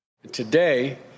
Today